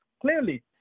clearly